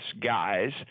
guys